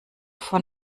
vor